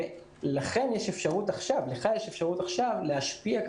ולכם יש אפשרות עכשיו להשפיע.